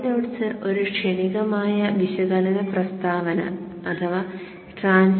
സിർ ഒരു ക്ഷണികമായ വിശകലന പ്രസ്താവന 0